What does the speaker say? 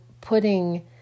putting